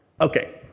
Okay